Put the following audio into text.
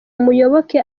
muyoboke